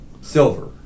Silver